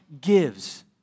gives